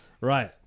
Right